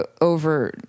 over